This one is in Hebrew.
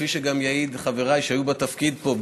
כפי שגם יעידו חבריי שהיו בתפקיד פה,